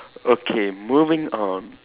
okay moving on